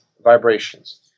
vibrations